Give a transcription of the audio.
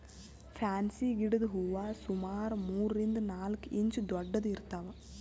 fancy ಗಿಡದ್ ಹೂವಾ ಸುಮಾರ್ ಮೂರರಿಂದ್ ನಾಲ್ಕ್ ಇಂಚ್ ದೊಡ್ಡದ್ ಇರ್ತವ್